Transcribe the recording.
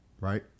right